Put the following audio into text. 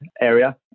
area